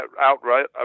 outright